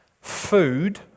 food